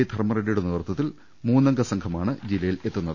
ധർമറെഡ്സിയുടെ നേതൃത്വത്തിൽ മൂന്നംഗ സംഘമാണ് ജില്ലയിലെത്തുന്നത്